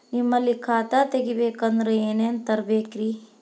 ನಿಮ್ಮಲ್ಲಿ ಖಾತಾ ತೆಗಿಬೇಕಂದ್ರ ಏನೇನ ತರಬೇಕ್ರಿ?